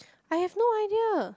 I have no idea